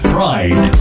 Pride